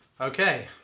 okay